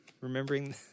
Remembering